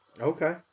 Okay